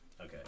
Okay